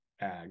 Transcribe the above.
ag